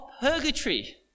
purgatory